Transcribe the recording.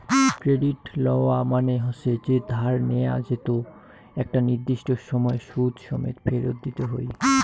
credit লওয়া মানে হসে যে ধার নেয়া যেতো একটা নির্দিষ্ট সময় সুদ সমেত ফেরত দিতে হই